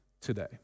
today